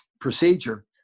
procedure